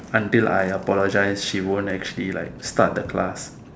until I apologize she won't actually like start the class